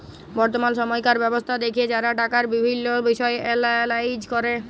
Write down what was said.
বর্তমাল সময়কার ব্যবস্থা দ্যাখে যারা টাকার বিভিল্ল্য বিষয় এলালাইজ ক্যরে